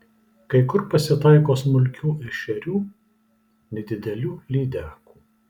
kai kur pasitaiko smulkių ešerių nedidelių lydekų